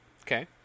Okay